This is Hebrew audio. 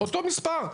אותו מספר.